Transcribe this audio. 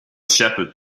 shepherd